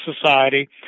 society